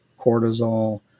cortisol